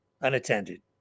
unattended